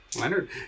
Leonard